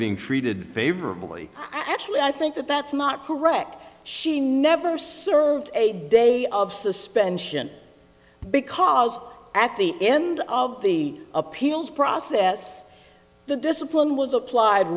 being treated favorably actually i think that that's not correct she never served a day of suspension because at the end of the appeals process the discipline was applied